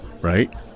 right